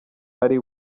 ari